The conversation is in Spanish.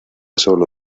solo